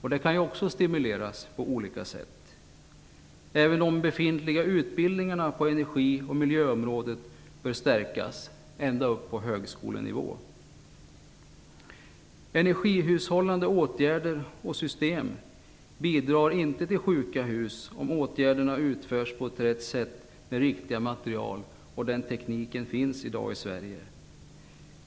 Detta kan också stimuleras på olika sätt. Även de befintliga utbildningarna på energi och miljöområdena bör stärkas ända upp på högskolenivå. Energihushållande åtgärder och system bidrar inte till sjuka hus, om åtgärderna utförs på rätt sätt och med riktiga material. Den tekniken finns i dag i Sverige.